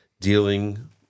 dealing